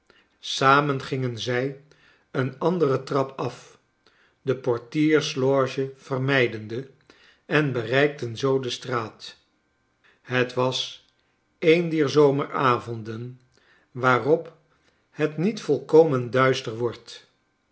samen gingen zij een andere trap af de portiersloge vermijdende en bereikten zoo de straat het was een dier zomeravonden waarop het niet volkomen duister wordt